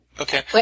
Okay